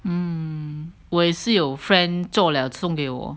mm 我也是有 friend 做 liao 送给我